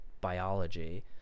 biology